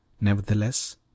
Nevertheless